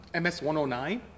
MS-109